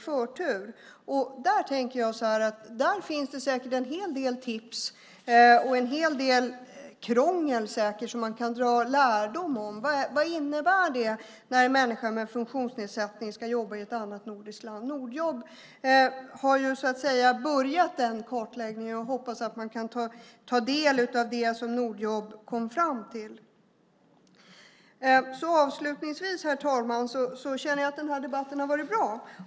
Jag tror att det finns en hel del tips som man kan dra lärdom av där när det gäller krångel. Vad innebär det när en människa med funktionsnedsättning ska jobba i ett annat nordiskt land? Nordjobb har börjat den kartläggningen. Jag hoppas att man kan ta del av det som Nordjobb kom fram till. Herr talman! Avslutningsvis känner jag att den här debatten har varit bra.